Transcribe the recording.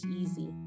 easy